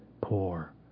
poor